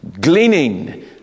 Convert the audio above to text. gleaning